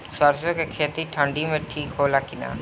सरसो के खेती ठंडी में ठिक होला कि ना?